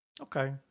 Okay